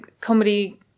comedy